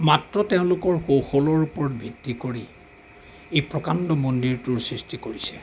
মাত্ৰ তেওঁলোকৰ কৌশলৰ ওপৰত ভিত্তি কৰি এই প্ৰকাণ্ড মন্দিৰটোৰ সৃষ্টি কৰিছিল